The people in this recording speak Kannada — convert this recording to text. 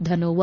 ಧನೋವಾ